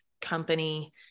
company